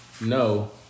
no